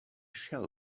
shell